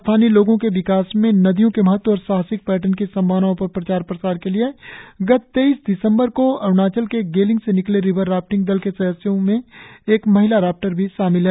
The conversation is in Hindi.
स्थानीय लोगो के विकास में नदियों के महत्व और साहसिक पर्यटन की संभावनाओ पर प्रचार प्रसार के लिए गत तेईस दिसंबर को अरुणाचल के गेलिंग से निकले रिवर राफ्टिंग दल के सदस्यों में एक महिला राफ्टर भी शामिल है